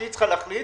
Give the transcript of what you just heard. שצריכה להחליט